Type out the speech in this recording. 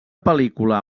pel·lícula